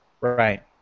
Right